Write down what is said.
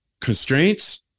constraints